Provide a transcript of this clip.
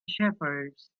shepherds